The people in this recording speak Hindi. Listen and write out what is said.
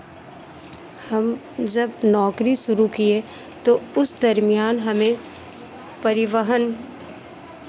हम जब नौकरी शुरू किए तो उस दरम्यान हमें परिवहन